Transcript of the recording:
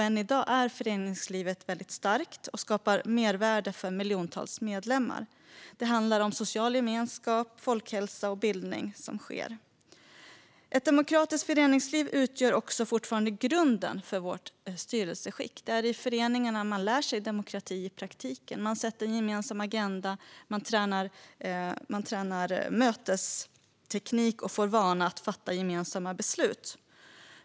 Än i dag är föreningslivet starkt och skapar mervärde för sina miljontals medlemmar. Det handlar om social gemenskap, folkhälsa och bildning. Ett demokratiskt föreningsliv utgör fortfarande grunden för vårt styrelseskick. Det är i föreningarna man lär sig demokrati i praktiken. Man sätter en gemensam agenda, tränar mötesteknik och får vana att fatta gemensamma beslut.